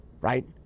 right